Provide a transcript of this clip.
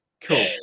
Cool